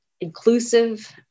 inclusive